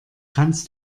kannst